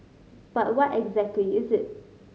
but what exactly is it